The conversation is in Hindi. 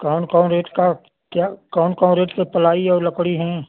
कौन कौन रेट का क्या कौन कौन रेट के प्लाई और लकड़ी हैं